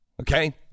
Okay